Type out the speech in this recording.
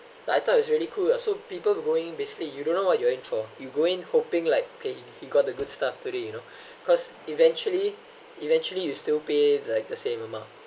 I thought it was really cool ah so people who go in basically you don't know what you are in for you go in hoping like okay he he got the good stuff today you know cause eventually eventually you still pay like the same amount